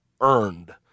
earned